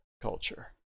Culture